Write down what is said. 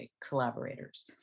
collaborators